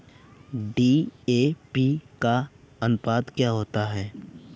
DAP का अनुपात क्या होता है?